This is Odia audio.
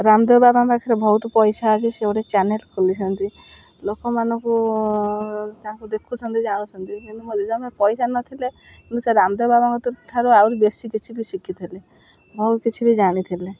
ରାମଦେବ ବାବାଙ୍କ ପାଖରେ ବହୁତ ପଇସା ଅଛି ସେ ଗୋଟେ ଚ୍ୟାନେଲ୍ ଖୋଲିଛନ୍ତି ଲୋକମାନଙ୍କୁ ତାଙ୍କୁ ଦେଖୁଛନ୍ତି ଜାଣୁଛନ୍ତି କିନ୍ତୁ ମୋ ଜେଜେଙ୍କ ପାଖେ ପଇସା ନଥିଲେ କିନ୍ତୁ ସେ ରାମଦେବ ବାବାଙ୍କଠାରୁ ଆହୁରି ବେଶୀ କିଛି ବି ଶିଖିଥିଲେ ବହୁତ କିଛି ବି ଜାଣିଥିଲେ